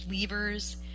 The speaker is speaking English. levers